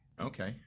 Okay